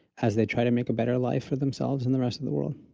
as they try to make a better life for themselves and the rest of the world?